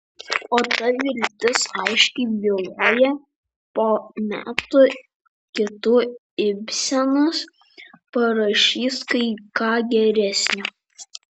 o ta viltis aiškiai byloja po metų kitų ibsenas parašys kai ką geresnio